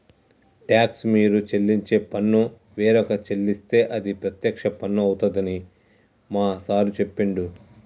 talks మీరు చెల్లించే పన్ను వేరొక చెల్లిస్తే అది ప్రత్యక్ష పన్ను అవుతుందని మా సారు చెప్పిండు